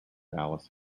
alice